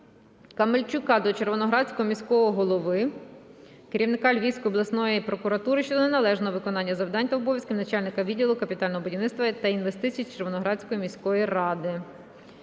Камельчука до Червоноградського міського голови, керівника Львівської обласної прокуратури щодо неналежного виконання завдань та обов'язків начальником відділу капітального будівництва та інвестицій Червоноградської міської ради.